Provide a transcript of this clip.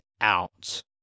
out